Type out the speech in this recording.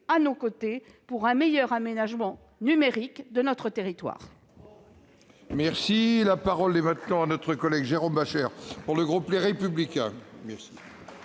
à nos côtés, pour un meilleur aménagement numérique de notre territoire.